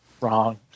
wrong